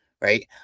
right